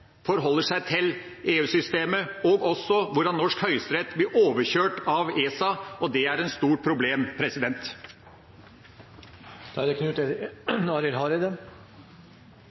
forholder seg til EU-systemet, og også om hvordan norsk høyesterett blir overkjørt av ESA, og det er et stort problem. Eg skal ikkje forlengje budsjettdebatten for mykje, men eg synest det er